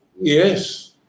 Yes